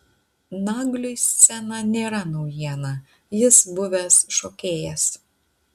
nagliui scena nėra naujiena jis buvęs šokėjas